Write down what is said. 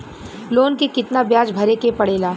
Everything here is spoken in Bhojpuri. लोन के कितना ब्याज भरे के पड़े ला?